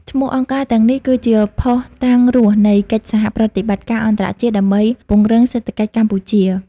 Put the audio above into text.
ឈ្មោះអង្គការទាំងនេះគឺជា "ភស្តុតាងរស់" នៃកិច្ចសហប្រតិបត្តិការអន្តរជាតិដើម្បីពង្រឹងសេដ្ឋកិច្ចកម្ពុជា។